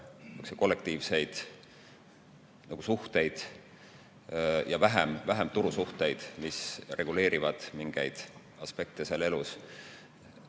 rohkem kollektiivseid suhteid ja vähem turusuhteid, mis reguleerivad mingeid aspekte elus.